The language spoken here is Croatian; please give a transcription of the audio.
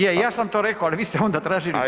Je ja sam to rekao, ali vi ste onda tražili pauzu.